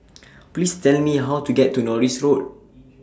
Please Tell Me How to get to Norris Road